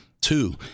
Two